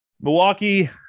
Milwaukee